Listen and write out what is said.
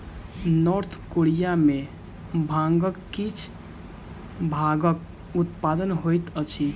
north Korea में भांगक किछ भागक उत्पादन होइत अछि